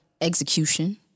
execution